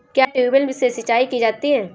क्या ट्यूबवेल से सिंचाई की जाती है?